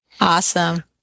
Awesome